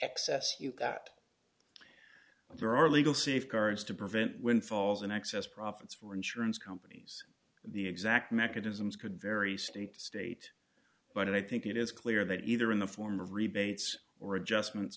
excess you that there are legal safeguards to prevent windfalls and excess profits for insurance companies the exact mechanisms could vary state to state but i think it is clear that either in the form of rebates or adjustment